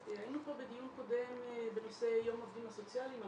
היינו פה בדיון קודם בנושא יום העובדים הסוציאליים על